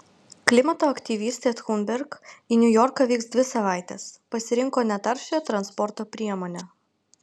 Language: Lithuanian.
klimato aktyvistė thunberg į niujorką vyks dvi savaites pasirinko netaršią transporto priemonę